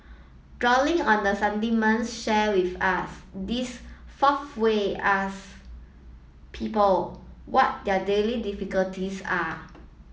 drawing on the sentiments shared with us this fourth way asks people what their daily difficulties are